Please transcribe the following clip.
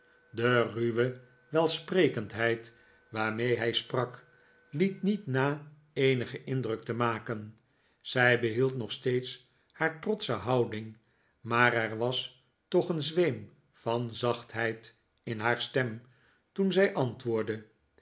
de ruwe welsprekendheid waarmee hij sprak liet niet na eenigen indruk te maken zij behield nog steeds haar trotsche houding maar er was toch een zweem van zachtheid in haar stem toen zij antwoordde